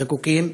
זיקוקים,